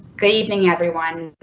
good evening everyone.